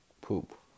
poop